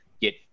get